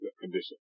condition